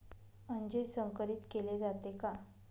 अंजीर संकरित केले जाते का?